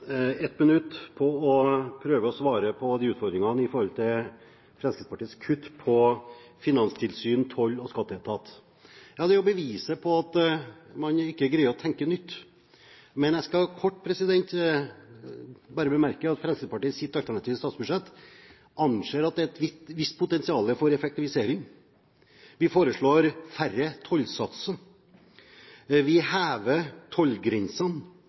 Ett minutt på å prøve å svare på utfordringene når det gjelder Fremskrittspartiets kutt på finanstilsyn, toll og skatteetat: Dette er jo beviset på at man ikke greier å tenke nytt. Jeg skal bare kort bemerke at Fremskrittspartiet i sitt alternative statsbudsjett anser at det er et visst potensial for effektivisering. Vi foreslår færre tollsatser,